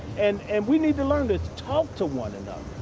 and and we need to learn that talkto one in.